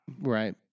Right